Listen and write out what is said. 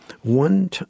one